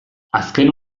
azken